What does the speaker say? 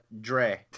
Dre